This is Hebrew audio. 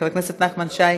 חבר הכנסת נחמן שי,